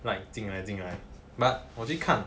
like 进来进来 but 我去看